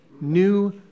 New